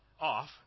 off